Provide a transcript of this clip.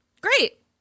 Great